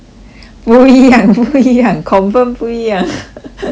不一样不一样 confirm 不一样